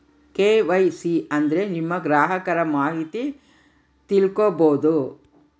KYC ಅಂದ್ರೆ ನಿಮ್ಮ ಗ್ರಾಹಕರ ಮಾಹಿತಿ ತಿಳ್ಕೊಮ್ಬೋದು